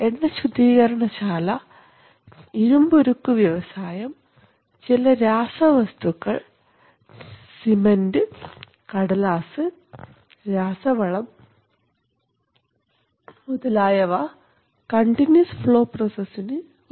എണ്ണ ശുദ്ധീകരണശാല ഇരുമ്പുരുക്ക് വ്യവസായം ചില രാസവസ്തുക്കൾ സിമൻറ് കടലാസ് രാസവളം മുതലായവ കണ്ടിന്യൂസ് ഫ്ലോ പ്രോസസ്സ്ന് ഉദാഹരണങ്ങളാണ്